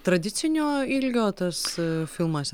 tradicinio ilgio tas filmas